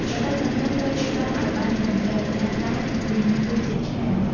សម្រាប់ចង្ហាន់ត្រូវរៀបចំឲ្យបានត្រឹមត្រូវ ស្អាតបាត និងមានរសជាតិឆ្ងាញ់។